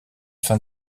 fin